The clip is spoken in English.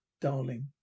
darling